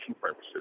purposes